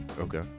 Okay